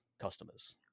customers